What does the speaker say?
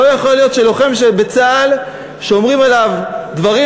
לא יכול להיות שלוחם בצה"ל שאומרים עליו דברים